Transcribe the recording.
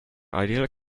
ideal